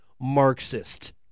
Marxist